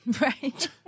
Right